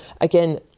again